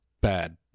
Bad